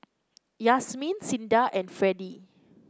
Yasmeen Cinda and Freddy